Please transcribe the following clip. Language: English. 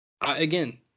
Again